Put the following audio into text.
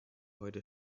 heute